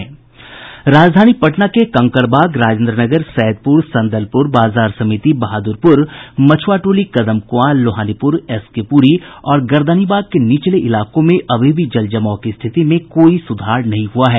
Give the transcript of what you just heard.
राजधानी पटना के कंकड़बाग राजेन्द्र नगर सैदपुर संदलपुर बाजार समिति बहादुरपुर मछुआ टोली कदम कुआं लोहानीपुर एसकेपुरी और गर्दनीबाग के निचले इलाकों में अभी भी जलजमाव की स्थिति में कोई सुधार नहीं हुआ है